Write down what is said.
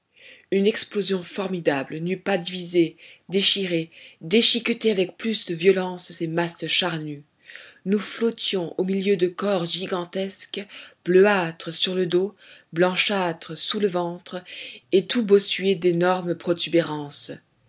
une explosion formidable n'eût pas divisé déchiré déchiqueté avec plus de violence ces masses charnues nous flottions au milieu de corps gigantesques bleuâtres sur le dos blanchâtres sous le ventre et tout bossués d'énormes protubérances